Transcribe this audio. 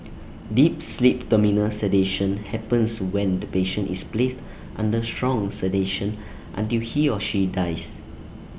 deep sleep terminal sedation happens when the patient is placed under strong sedation until he or she dies